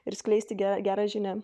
ir skleisti ge gerą žinią